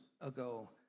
ago